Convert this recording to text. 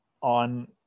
on